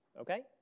okay